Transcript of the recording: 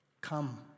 Come